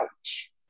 ouch